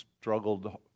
struggled